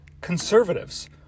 conservatives